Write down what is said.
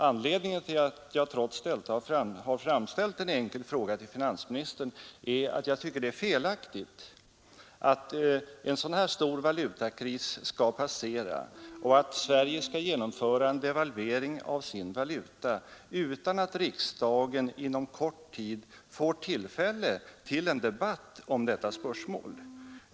Anledningen till att jag trots detta har framställt en enkel fråga till finansministern är att jag tycker det är felaktigt att en så stor valutakris skall passera och att Sverige skall genomföra devalvering av sin valuta utan att riksdagen inom en kort tid därefter får tillfälle att debattera detta spörsmål.